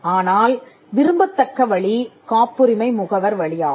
ஆனால் விரும்பத் தக்க வழி காப்புரிமை முகவர் வழியாகும்